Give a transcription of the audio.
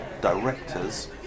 directors